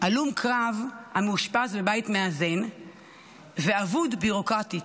הלום קרב המאושפז בבית מאזן ואבוד ביורוקרטית,